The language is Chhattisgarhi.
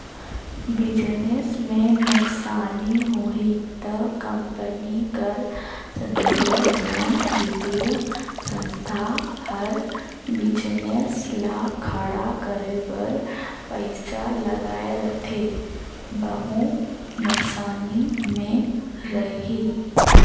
बिजनेस में नुकसानी होही ता कंपनी कर संघे जेन बित्तीय संस्था हर बिजनेस ल खड़ा करे बर पइसा लगाए रहथे वहूं नुकसानी में रइही